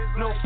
no